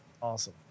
awesome